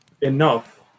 enough